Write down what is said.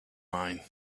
mind